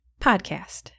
podcast